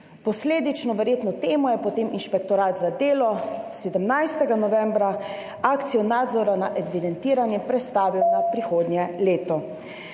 Posledično, verjetno temu, je potem Inšpektorat za delo 17. novembra akcijo nadzora na evidentiranje prestavil na prihodnje leto.